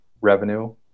revenue